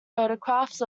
photographs